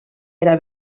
era